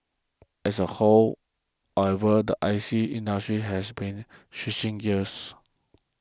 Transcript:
as a whole however the I C industry has been switching gears